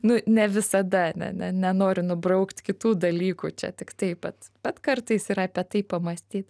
nu ne visada ne ne nenoriu nubraukt kitų dalykų čia tik taip vat bet kartais ir apie tai pamąstyt